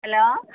hello